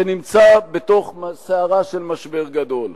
שנמצא בתוך סערה של משבר גדול.